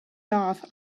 doth